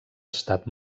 estat